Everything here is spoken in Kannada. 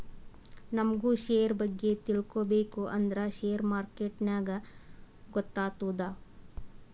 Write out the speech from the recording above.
ನಮುಗ್ ಶೇರ್ ಬಗ್ಗೆ ತಿಳ್ಕೋಬೇಕು ಅಂದ್ರ ಶೇರ್ ಮಾರ್ಕೆಟ್ ನಾಗೆ ಗೊತ್ತಾತ್ತುದ